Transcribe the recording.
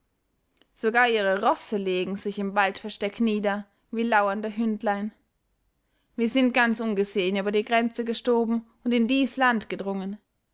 sogar ihre rosse legen sich im waldversteck nieder wie lauernde hündlein wir sind ganz ungesehen über die grenze gestoben und in dies land gedrungen